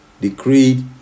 decreed